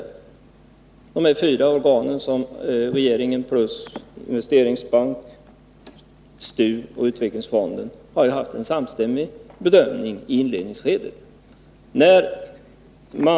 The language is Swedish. I inledningsskedet har ju de här fyra organen — regeringen, investeringsbanken, STU och utvecklingsfonden — haft en samstämmig bedömning.